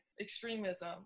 extremism